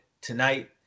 tonight